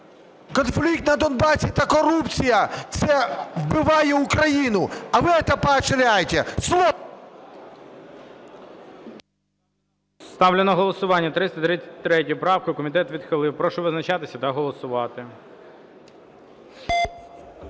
конфлікт на Донбасі та корупція, це вбиває Україну. А вы это поощряете… ГОЛОВУЮЧИЙ. Ставлю на голосування 333 правку. Комітет відхилив. Прошу визначатись та голосувати.